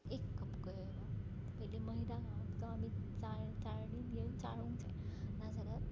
एक कप घेवप पयलीं मैदा गावता तो आमी चाळ चाळणीन घेवन चाळूंक जाय नाजाल्यार